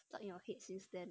stuck in your head since then